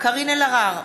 קארין אלהרר,